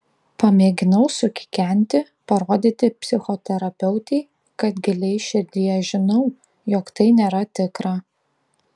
pamėginau sukikenti parodyti psichoterapeutei kad giliai širdyje žinau jog tai nėra tikra